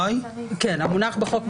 מה המונח בחוק?